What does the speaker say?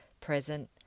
present